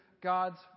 God's